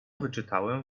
wyczytałem